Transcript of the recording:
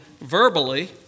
verbally